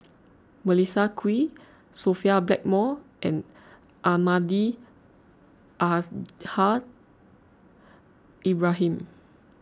Melissa Kwee Sophia Blackmore and Almahdi Al Haj Ibrahim